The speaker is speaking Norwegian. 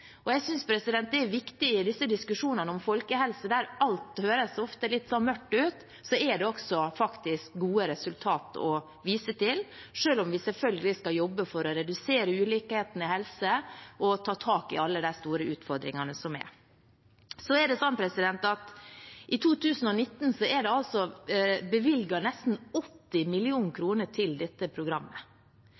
Jeg synes det er viktig i disse diskusjonene om folkehelse, der alt ofte høres litt mørkt ut, at det også faktisk er gode resultater å vise til, selv om vi selvfølgelig skal jobbe for å redusere ulikhetene i helse og ta tak i alle de store utfordringene som er. For 2019 er det altså bevilget nesten 80 mill. kr til dette programmet. I Norge er det